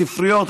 ספריות,